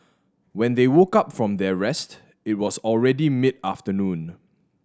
when they woke up from their rest it was already mid afternoon